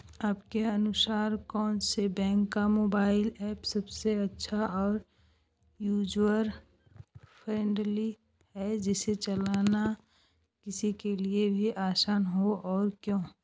आपके अनुसार कौन से बैंक का मोबाइल ऐप सबसे अच्छा और यूजर फ्रेंडली है जिसे चलाना किसी के लिए भी आसान हो और क्यों?